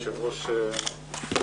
הכנסת.